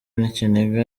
n’ikiniga